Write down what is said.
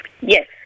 Yes